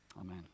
Amen